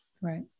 Right